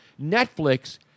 Netflix